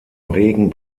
regen